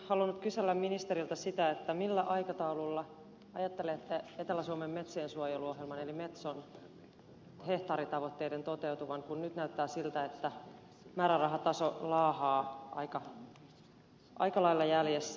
haluaisin kysellä ministeriltä sitä millä aikataululla ajattelette etelä suomen metsiensuojeluohjelman eli metson hehtaaritavoitteiden toteutuvan kun nyt näyttää siltä että määrärahataso laahaa aika lailla jäljessä